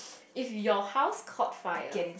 if your house caught fire